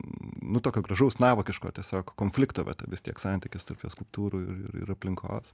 nu tokio gražaus navokiško tiesiog konflikto vis tiek santykis tarp jo skulptūrų ir ir aplinkos